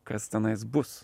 kas tenais bus